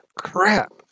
Crap